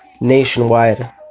nationwide